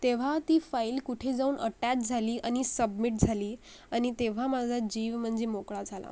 तेव्हा ती फाईल कुठे जाऊन अटॅच झाली आणि सबमिट झाली आणि तेव्हा माझा जीव म्हणजे मोकळा झाला